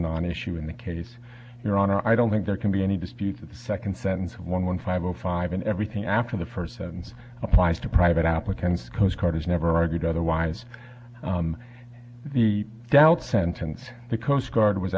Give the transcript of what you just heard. non issue in the case your honor i don't think there can be any dispute the second sentence one one five zero five and everything after the first sentence applies to private applicants coastguard is never argued otherwise the doubt sentence the coast guard was